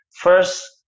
first